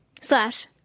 slash